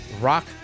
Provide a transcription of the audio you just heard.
rock